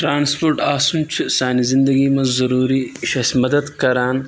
transport آسُن چھُ سانہِ زندگی منٛز ضٔروٗری یہِ چھُ اَسہِ مدتھ کَران